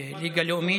בליגה הלאומית.